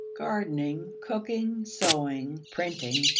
gardening, cooking, sewing, printing,